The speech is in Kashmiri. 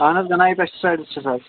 اَہن حظ وِنایک پیسٹ سایڈس چھُس حظ